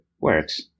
works